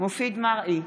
מופיד מרעי,